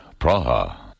Praha